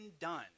done